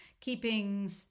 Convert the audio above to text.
keeping